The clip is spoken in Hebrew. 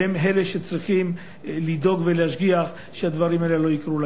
והם אלה שצריכים לדאוג ולהשגיח שהדברים האלה לא יקרו.